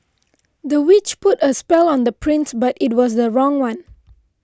the witch put a spell on the prince but it was the wrong one